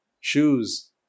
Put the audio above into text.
shoes